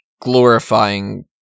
glorifying